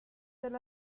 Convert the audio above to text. del